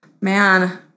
Man